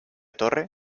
torre